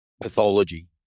pathology